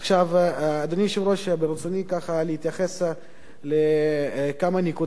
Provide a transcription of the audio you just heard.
אדוני היושב-ראש, ברצוני להתייחס לכמה נקודות.